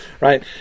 right